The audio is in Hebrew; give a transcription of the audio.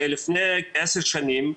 לפני כעשר שנים,